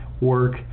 work